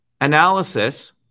analysis